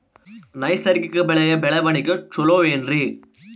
ನೈಸರ್ಗಿಕ ಬೆಳೆಯ ಬೆಳವಣಿಗೆ ಚೊಲೊ ಏನ್ರಿ?